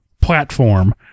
platform